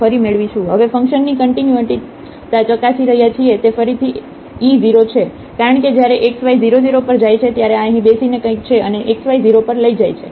હવે ફંક્શનની કન્ટિન્યુટીતા ચકાસી રહ્યા છીએ તે ફરીથી e 0 છે કારણ કે જ્યારે xy 0 0 પર જાય છે ત્યારે આ અહીં બેસીને કંઇક છે અને xy 0 પર જાય છે